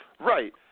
Right